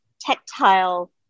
tactile